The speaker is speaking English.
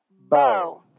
bow